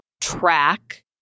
track